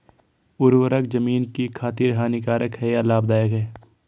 उर्वरक ज़मीन की खातिर हानिकारक है या लाभदायक है?